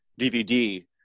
DVD